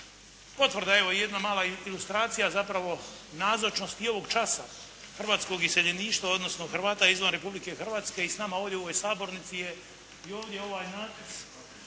evo i jedna mala ilustracija zapravo nazočnost i ovog časa hrvatskog iseljeništva, odnosno Hrvata izvan Republike Hrvatske i s nama ovdje u ovoj sabornici je i ovdje ovaj natpis